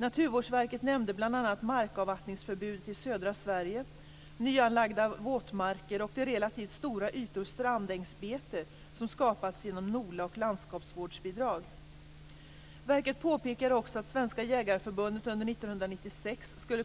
Naturvårdsverket nämnde bl.a. markavvattningsförbudet i södra Sverige, nyanlagda våtmarker och de relativt stora ytor strandängsbete som skapats genom NOLA och landskapsvårdsbidrag. Verket påpekade också att Svenska jägareförbundet under år 1996 skulle